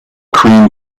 cream